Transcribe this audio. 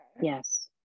Yes